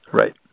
Right